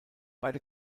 beide